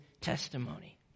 testimony